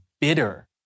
bitter